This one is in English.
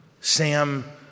Sam